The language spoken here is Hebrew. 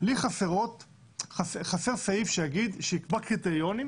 לי חסר סעיף שיקבע קריטריונים